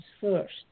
first